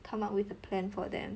come up with a plan for them